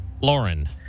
Lauren